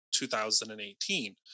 2018